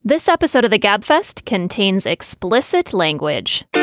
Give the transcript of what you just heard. this episode of the gabfest contains explicit language.